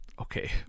Okay